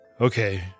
Okay